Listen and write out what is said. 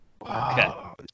wow